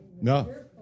No